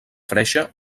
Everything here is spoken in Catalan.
freixe